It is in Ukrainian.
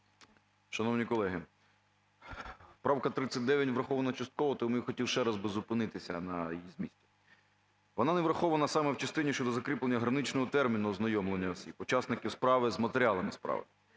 Шановні колеги, правка 39 врахована частково, тому я хотів ще раз би зупинитися на її зміні. Вона не врахована саме в частині щодо закріплення граничного терміну ознайомлення учасників справи з матеріалами справи.